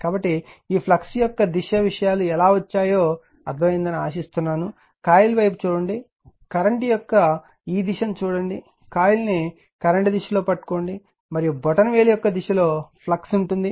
కాబట్టి ఈ ఫ్లక్స్ యొక్క దిశ విషయాలు ఎలా వచ్చాయో అర్థం అయిందని ఆశిస్తున్నాను కాయిల్ వైపు చూడండి కరెంట్ యొక్క ఆ దిశను చూడండి కాయిల్ ను కరెంట్ దిశలో పట్టుకోండి మరియు బొటనవేలు యొక్క దిశ లో ఫ్లక్స్ ఉంటుంది